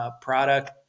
product